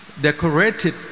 decorated